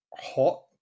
hot